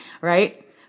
right